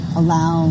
allow